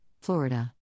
Florida